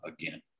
again